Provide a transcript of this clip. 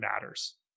matters